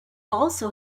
also